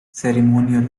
ceremonial